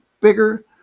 bigger